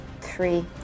Three